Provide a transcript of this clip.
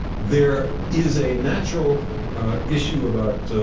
there is a natural issue about.